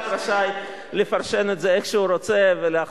עוד הרוב חושב שונה מהם